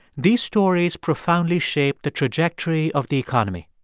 these stories profoundly shape the trajectory of the economy.